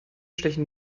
stechen